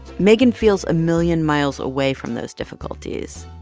megan feels a million miles away from those difficulties.